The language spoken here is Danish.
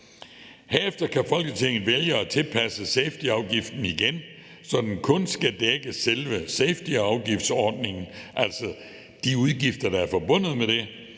Herefter kan Folketinget vælge at tilpasse safetyafgiften igen, så den kun skal dække selve safetyafgiftsordningen, altså de udgifter, der er forbundet med den,